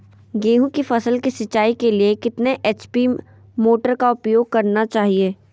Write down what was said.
गेंहू की फसल के सिंचाई के लिए कितने एच.पी मोटर का उपयोग करना चाहिए?